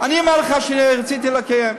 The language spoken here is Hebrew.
אני אומר לך שרציתי לקיים.